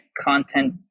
content